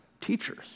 teachers